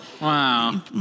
wow